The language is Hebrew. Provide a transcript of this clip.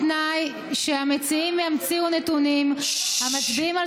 זאת בתנאי שהמציעים ימציאו נתונים המצביעים על